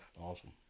Awesome